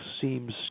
seems